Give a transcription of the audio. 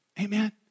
Amen